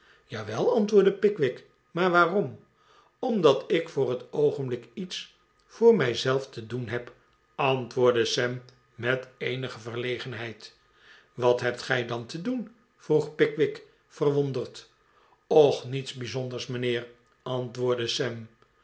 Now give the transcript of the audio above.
jawel antwoordde pickwick maar waarom omdat ik voor het oogenblik iets voor mij zelf te doen heb antwoordde sam met eenige verlegenheid wat hebt gij dan te doen vroeg pickwick verwonderd och niets bijzonders mijnheer antwoordde sam